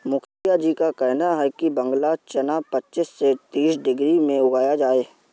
मुखिया जी का कहना है कि बांग्ला चना पच्चीस से तीस डिग्री में उगाया जाए